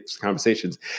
Conversations